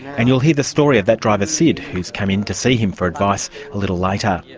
and you'll hear the story of that driver sid who's come in to see him for advice a little later.